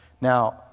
Now